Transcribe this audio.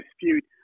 dispute